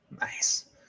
Nice